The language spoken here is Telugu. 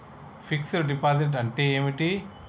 ఫిక్స్ డ్ డిపాజిట్ అంటే ఏమిటి?